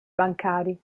bancari